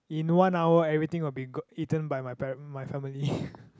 in one hour everything will be go~ eaten by my pa~ my family